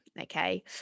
Okay